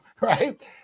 right